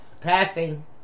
passing